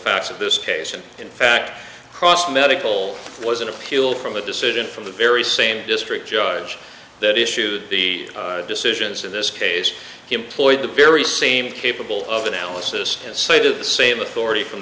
of this case and in fact cross medical was in a fuel from a decision from the very same district judge that issued the decisions in this case he employed the very same capable of analysis and say the same authority from